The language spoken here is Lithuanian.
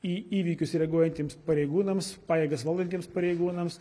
į įvykius reaguojantiems pareigūnams pajėgas valdantiems pareigūnams